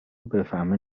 بفهمه